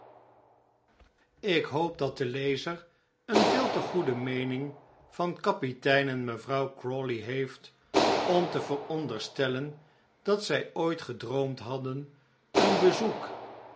ik hoop dat de lezer een veel te goede meening van kapitein en mevrouw crawley heeft om te veronderstellen dat zij ooit gedroomd hadden een bezoek